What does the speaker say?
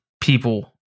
people